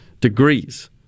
degrees